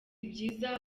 byiza